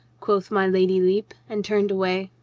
quoth my lady lepe, and turned away.